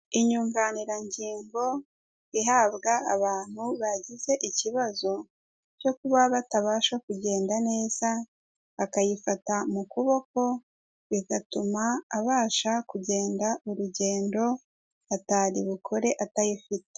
Inyunganirangingo ihabwa abantu bagize ikibazo cyo kuba batabasha kugenda neza akayifata mu kuboko bigatuma abasha kugenda urugendo atari bukore atayifite.